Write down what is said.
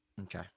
Okay